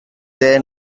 their